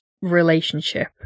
relationship